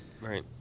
Right